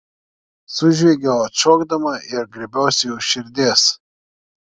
sužviegiau atšokdama ir griebiausi už širdies